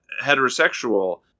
heterosexual